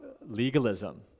legalism